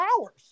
hours